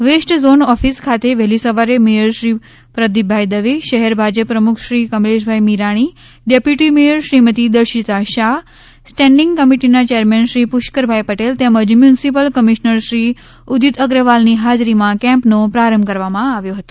west zone office ખાતે વહેલી સવારે મેયર શ્રી પ્રદીપભાઈ દવે શહેર ભાજપ પ્રમુખ Shri Kamleshbhai Mirani deputy mayor Shrimati Darshita Shah standing કમિટીના ચેરમેન શ્રી પુષ્કરભાઈ પટેલ તેમજ મ્યુનિસિપલ કમિશનરશ્રી ઉદિત અગ્રવાલની હાજરીમાં કેમ્પનો પ્રારંભ કરવામાં આવ્યો હતો